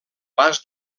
pas